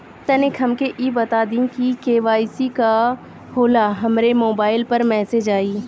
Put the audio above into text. तनि हमके इ बता दीं की के.वाइ.सी का होला हमरे मोबाइल पर मैसेज आई?